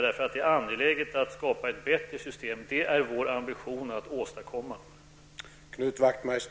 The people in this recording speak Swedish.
Därfär är det angeläget att det skapas ett bättre system, och det är vår ambition att åstadkomma ett sådant.